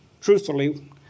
truthfully